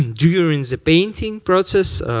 and during the painting process,